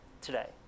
today